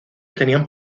tenían